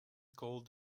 called